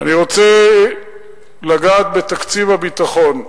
אני רוצה לגעת בתקציב הביטחון.